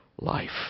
life